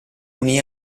unì